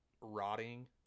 rotting